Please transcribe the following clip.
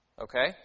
Okay